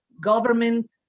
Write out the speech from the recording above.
government